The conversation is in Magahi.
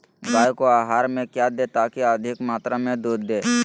गाय को आहार में क्या दे ताकि अधिक मात्रा मे दूध दे?